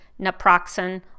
naproxen